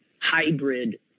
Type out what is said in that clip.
hybrid